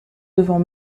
devant